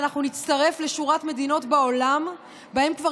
ואנחנו נצטרף לשורת מדינות בעולם שבהן כבר